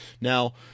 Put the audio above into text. Now